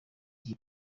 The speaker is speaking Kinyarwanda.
gihe